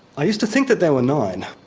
i used to think that there were nine,